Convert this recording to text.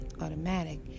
automatic